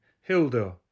Hilda